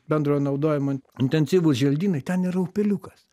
bendro naudojimo intensyvūs želdynai ten yra upeliukas